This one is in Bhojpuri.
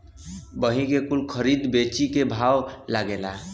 वही से कुल खरीद बेची के भाव लागेला